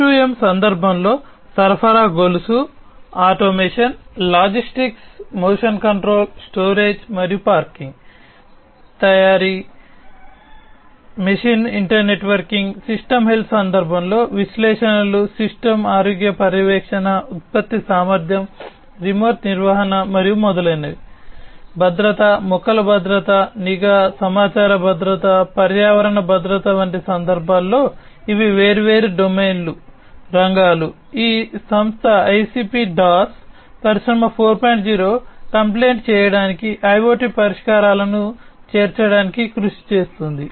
M2M సందర్భంలో సరఫరా గొలుసు చేర్చడానికి కృషి చేస్తోంది